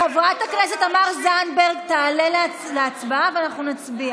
חברת הכנסת תמר זנדברג תעלה להצבעה ואנחנו נצביע.